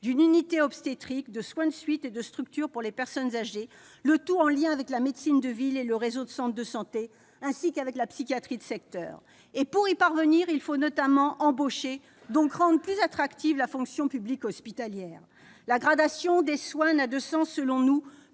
d'une unité obstétrique, de soins de suite et de structures pour les personnes âgées, le tout en liaison avec la médecine de ville et le réseau de centres de santé, ainsi qu'avec la psychiatrie de secteur. Pour y parvenir, il faut notamment embaucher, donc rendre plus attractive la fonction publique hospitalière. La gradation des soins n'a de sens selon nous